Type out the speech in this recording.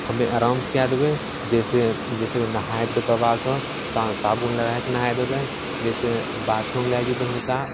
हमे आरामसे कै देबै जइसे जइसे नहै देबै बाबाके साब साबुन लगाके नहै देबै जइसे बाथरूम लै जेबै हुनका